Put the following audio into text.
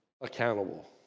accountable